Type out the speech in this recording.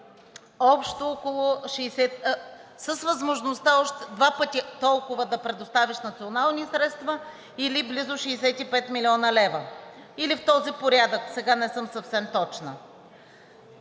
10,8 млн. евро, с възможността още два пъти толкова да предостави национални средства, или близо 65 млн. лв., или в този порядък, сега не съм съвсем точна.